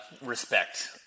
respect